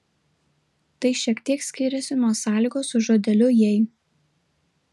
tai šiek tiek skiriasi nuo sąlygos su žodeliu jei